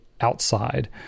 outside